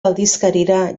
aldizkarira